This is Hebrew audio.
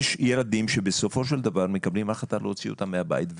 יש ילדים שבסופו של דבר מקבלים החלטה להוציא אותם מהבית,